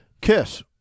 kiss